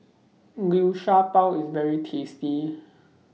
Liu Sha Bao IS very tasty